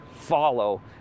follow